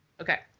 Okay